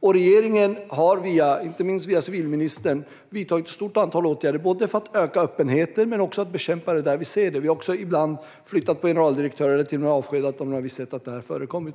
Regeringen har, inte minst via civilministern, vidtagit ett stort antal åtgärder både för att öka öppenheten och för att bekämpa korruptionen där vi ser den. Vi har ibland också flyttat på generaldirektörer och till och med avskedat dem när vi sett att korruption har förekommit.